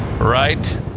Right